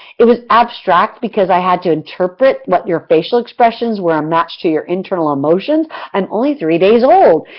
it was abstract because i had to interpret what your facial expressions were a match to your internal emotions. i'm only three days old.